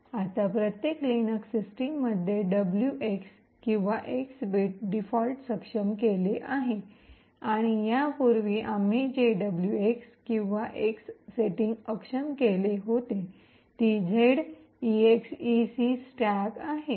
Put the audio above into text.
आता प्रत्येक लिनक्स सिस्टीममध्ये डब्ल्यूएक्स किंवा एक्स बिट डीफॉल्ट सक्षम केले आहे आणि यापूर्वी आम्ही जे डब्ल्यूएक्स किंवा एक्स सेटिंग अक्षम केली होती ती -झेड इएक्सइसीस्टॅक आहे